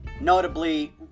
notably